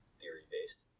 theory-based